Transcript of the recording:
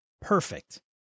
perfect